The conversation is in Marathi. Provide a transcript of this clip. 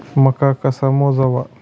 मका कसा मोजावा?